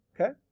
Okay